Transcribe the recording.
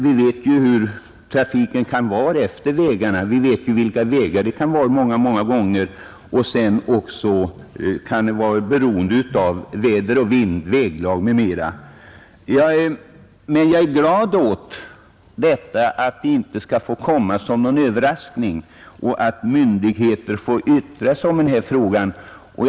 Vi vet också hurdan trafiken kan vara på våra vägar — och hurdana vägarna många gånger är — samt att landsvägstrafiken är ansträngd och beroende av väder, vind och väglag osv. Nu är jag i alla fall glad över att nedläggningar inte skall få komma som en överraskning och att myndigheterna skall få yttra sig i trafikfrågor av detta slag.